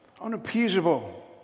unappeasable